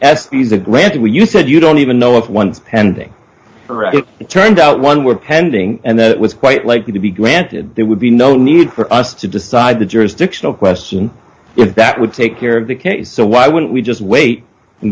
are granted when you said you don't even know if one's pending or if it turned out one were pending and that was quite likely to be granted there would be no need for us to decide the jurisdictional question that would take care of the case so why wouldn't we just wait and